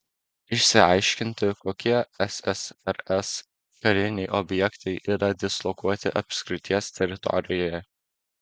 išsiaiškinti kokie ssrs kariniai objektai yra dislokuoti apskrities teritorijoje